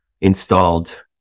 installed